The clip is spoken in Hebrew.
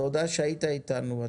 תודה שהיית איתנו.